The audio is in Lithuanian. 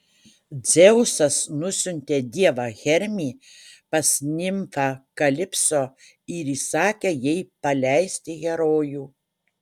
dzeusas nusiuntė dievą hermį pas nimfą kalipso ir įsakė jai paleisti herojų